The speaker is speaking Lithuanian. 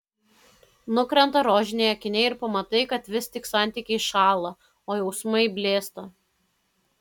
nukrenta rožiniai akiniai ir pamatai kad vis tik santykiai šąla o jausmai blėsta